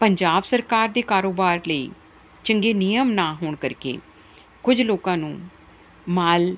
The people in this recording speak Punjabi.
ਪੰਜਾਬ ਸਰਕਾਰ ਦੇ ਕਾਰੋਬਾਰ ਲਈ ਚੰਗੇ ਨਿਯਮ ਨਾ ਹੋਣ ਕਰਕੇ ਕੁਝ ਲੋਕਾਂ ਨੂੰ ਮਾਲ